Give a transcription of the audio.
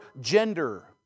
gender